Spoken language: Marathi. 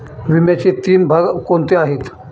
विम्याचे तीन भाग कोणते आहेत?